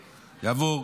יעבור,